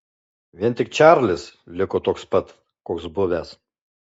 vien tik čarlis liko toks pat koks buvęs